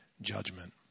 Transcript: judgment